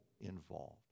involved